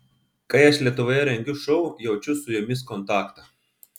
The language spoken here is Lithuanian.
kai aš lietuvoje rengiu šou jaučiu su jumis kontaktą